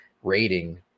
rating